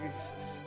Jesus